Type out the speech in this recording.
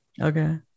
okay